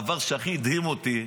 הדבר שהכי הדהים אותי,